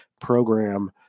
program